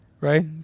right